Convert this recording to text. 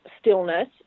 stillness